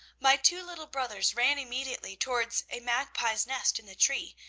my two little brothers ran immediately towards a magpie's nest in the tree,